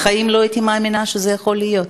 בחיים לא הייתי מאמינה שזה יכול להיות.